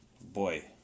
Boy